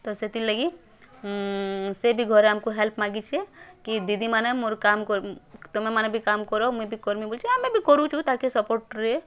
ତ ସେଥିର୍ ଲାଗି ସେ ବି ଘରେ ଆମକୁ ହେଲ୍ପ ମାଗିଛେ କି ଦିଦିମାନେ ମୋର କାମ୍ ତମେମାନେ ବି କାମ୍ କର୍ ମୁଇଁ ବି କର୍ମି ବୋଲଛି ଆମେ ବି କରୁଛୁ ତାହାକେ ସପଟ୍ରେ